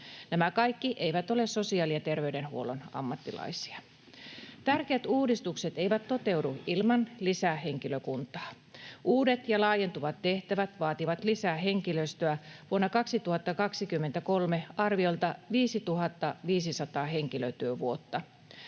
Nämä kaikki eivät ole sosiaali- ja terveydenhuollon ammattilaisia. Tärkeät uudistukset eivät toteudu ilman lisähenkilökuntaa. Uudet ja laajentuvat tehtävät vaativat lisää henkilöstöä vuonna 2023 arviolta 5 500 henkilötyövuotta.